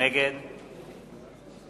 נגד